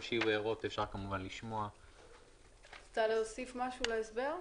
את רוצה להוסיף משהו להסבר?